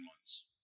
months